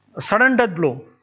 sudden death blow.